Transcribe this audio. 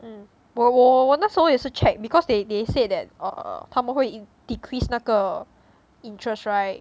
mm 我我我我那时候也是 check because they said that err 他们会 decrease 那个 inerest right